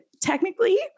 technically